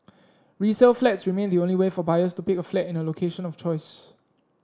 resale flats remain the only way for buyers to pick a flat in a location of choice